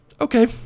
okay